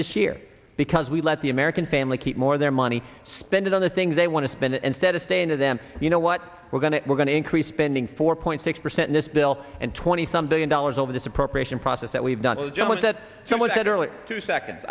this year because we let the american family keep more of their money spend it on the things they want to spend it instead of saying to them you know what we're going to we're going to increase spending four point six percent this bill and twenty someday dollars over this appropriation process that we've done the job that someone said early two seconds